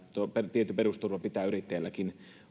tietty perusturva pitää yrittäjälläkin